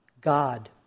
God